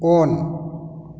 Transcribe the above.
on